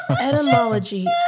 Etymology